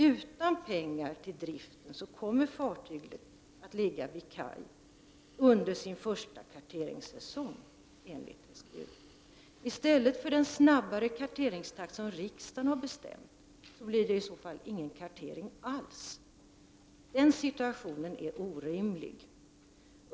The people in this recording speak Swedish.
Utan pengar till driften kommer fartyget enligt SGU att ligga vid kaj under sin första karteringssäsong. I stället för den snabbare karteringstakt som riksdagen har bestämt blir det i så fall ingen kartering alls. Den situationen är orimlig.